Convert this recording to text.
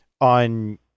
on